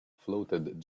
floated